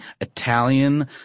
Italian